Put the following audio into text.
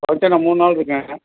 function மூணு நாள் இருக்குதுங்க